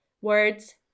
words